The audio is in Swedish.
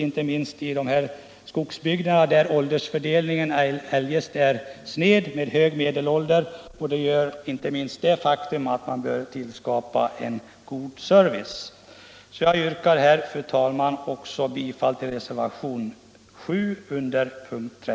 Inte minst i skogsbygderna, där åldersfördelningen eljest är sned med hög medelålder, är det viktigt att tillskapa en god service.